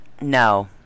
No